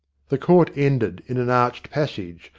the court ended in an arched passage,